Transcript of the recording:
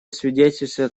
свидетельствует